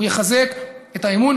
הוא יחזק את האמון.